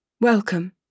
Welcome